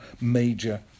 major